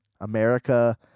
America